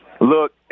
Look